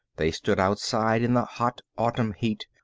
they stood outside in the hot autumn heat,